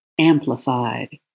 amplified